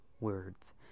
words